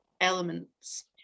elements